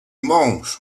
mąż